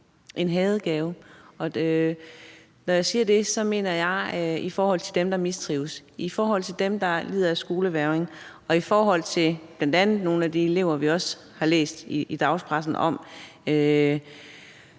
en hadegave, og når jeg siger det, mener jeg i forhold til dem, der mistrives, og dem, der lider af skolevægring, og i forhold til bl.a. nogle af de elever, vi også har læst om i dagspressen,